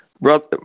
Brother